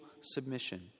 submission